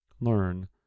Learn